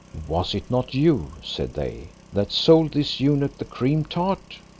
was it not you, said they, that sold this eunuch the cream-tart?